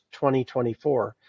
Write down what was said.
2024